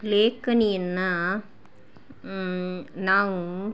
ಲೇಖನಿಯನ್ನ ನಾವು